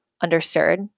Understood